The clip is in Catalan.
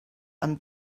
amb